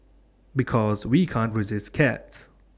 because we can't resist cats